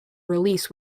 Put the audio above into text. release